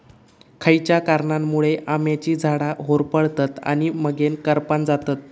खयच्या कारणांमुळे आम्याची झाडा होरपळतत आणि मगेन करपान जातत?